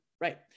Right